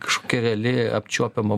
kažkokia reali apčiuopiama